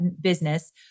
business